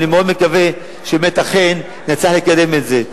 ואני מאוד מקווה שבאמת אכן נצליח לקדם את זה.